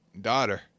daughter